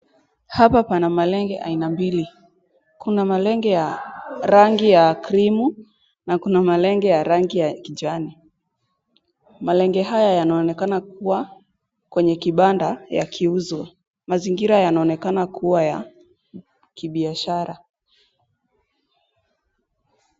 Hapa pana malenge aina mbili. Kuna malenge ya rangi ya krimu na kuna malenge ya rangi ya kijani. Malenge haya yanaonekana kuwa kwenye kibanda yakiuzwa. Mazingira yanaonekana kuwa ya kibiashara